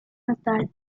natal